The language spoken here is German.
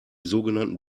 sogenannten